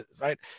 right